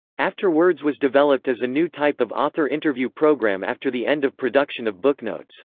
after words was developed as a new type of author interview program after the end of production of booknotes.